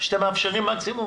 שאתם מאפשרים מקסימום?